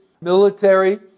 military